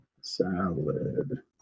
Salad